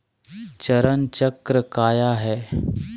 चरण चक्र काया है?